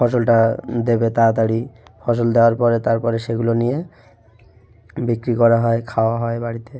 ফসলটা দেবে তাড়াতাড়ি ফসল দেওয়ার পরে তার পরে সেগুলো নিয়ে বিক্রি করা হয় খাওয়া হয় বাড়িতে